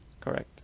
Correct